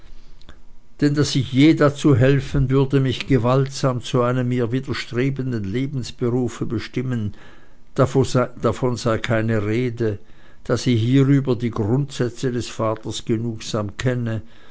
denn daß sie je dazu helfen würde mich gewaltsam zu einem mir widerstrebenden lebensberufe zu bestimmen davon sei keine rede da sie hierüber die grundsätze des vaters genugsam kenne